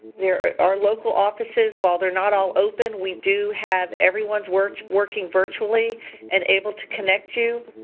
there are local offices, while they're not all open, we do have everyone working working virtually and able to connect you.